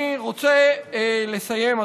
אני רוצה לסיים,